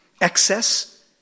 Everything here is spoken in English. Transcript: excess